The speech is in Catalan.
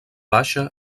baixa